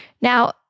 Now